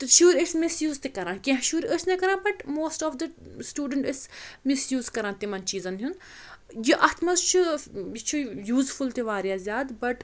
تہٕ شُرۍ ٲسۍ مِسیوٗز تہِ کَران کینٛہہ شُرۍ ٲسۍ نہٕ کَران but most of the student ٲسۍ مِسیوٗز کَران تِمَن چیٖزَن ہُنٛد یہِ اَتھ منٛز چھُ یہِ چھُ یوٗزفُل تہِ واریاہ زیادٕ بَٹ